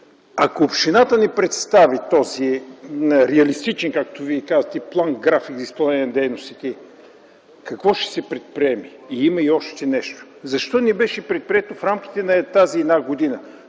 Ако общината не представи този реалистичен, както Вие казвате, план-график за изпълнение на дейностите, какво ще се предприеме? Има и още нещо – защо не беше предприето в рамките на тази една година?